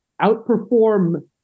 outperform